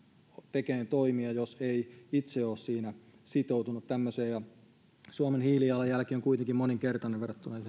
tekemään toimia jos ei itse ole sitoutunut tämmöiseen suomen hiilijalanjälki on kuitenkin moninkertainen verrattuna esimerkiksi